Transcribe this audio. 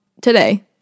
today